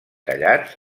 tallats